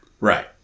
Right